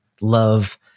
love